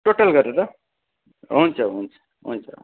total गरेर हुन्छ हुन्छ हुन्छ